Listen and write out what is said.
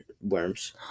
worms